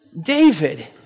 David